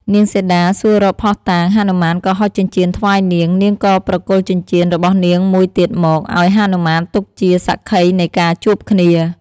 នាងសីតាសួររកភស្តុតាង ហនុមានក៏ហុចចិញ្ចៀនថ្វាយនាង នាងក៏ប្រគល់ចិញ្ចៀនរបស់នាងមួយទៀតមក ឱ្យហនុមានទុកជាសាក្សីនៃការ ជួបគ្នា។